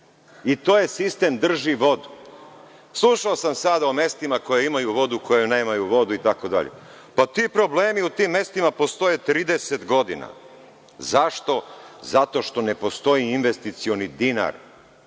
I to je sistem drži vodu. Slušao sam sada o mestima koje imaju vodu, koje nemaju vodu itd. Pa, ti problemi u tim mestima postoje 30 godina. Zašto? Zato što ne postoji investicioni dinar.